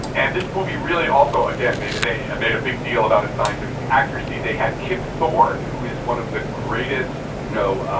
and this movie really also again made they made a big deal about its scientific accuracy. they had kip thorne, who is one of the greatest, you know,